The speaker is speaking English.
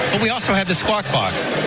we also have the squad car.